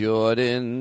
Jordan